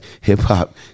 hip-hop